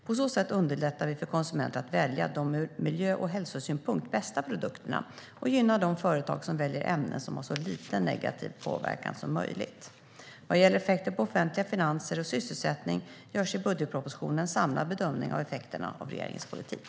På så sätt underlättar vi för konsumenter att välja de ur miljö och hälsosynpunkt bästa produkterna och gynnar de företag som väljer ämnen som har så liten negativ påverkan som möjligt. Vad gäller effekter på offentliga finanser och sysselsättning görs i budgetpropositionen en samlad bedömning av effekterna av regeringens politik.